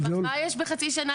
מה יש בחצי שנה.